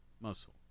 muscle